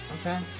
Okay